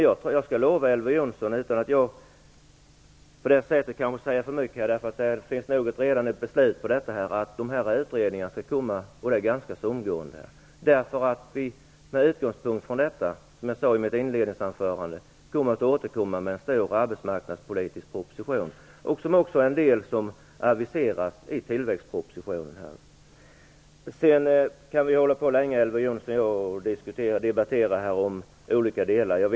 Jag kan utan att säga för mycket - det finns nog redan ett beslut om detta - lova Elver Jonsson att dessa utredningar skall komma ganska så omgående. Som jag sade i mitt inledningsanförande skall man återkomma med en stor arbetsmarknadspolitisk proposition, något som också har aviserats i tillväxtpropositionen. Elver Jonsson och jag kan fortsätta länge med att diskutera olika frågor i detta sammanhang.